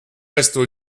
restent